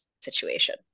situation